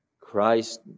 Christ